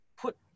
put